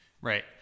Right